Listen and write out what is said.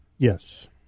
Yes